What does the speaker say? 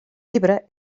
llibre